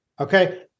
okay